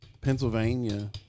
Pennsylvania